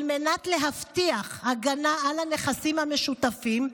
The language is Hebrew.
על מנת להבטיח הגנה על הנכסים המשותפים,